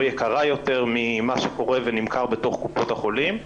יקרה יותר ממה שקורה ונמכר בתוך קופות החולים.